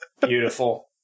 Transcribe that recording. Beautiful